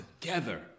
together